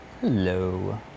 hello